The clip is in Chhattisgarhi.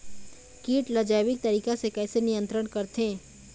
कीट ला जैविक तरीका से कैसे नियंत्रण करथे?